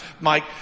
Mike